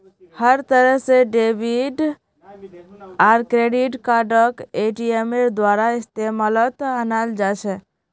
हर तरह से डेबिट आर क्रेडिट कार्डक एटीएमेर द्वारा इस्तेमालत अनाल जा छे